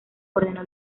ordenó